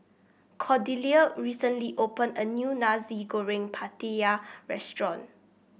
Cordelia recently opened a new Nasi Goreng Pattaya restaurant